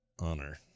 Honor